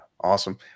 Awesome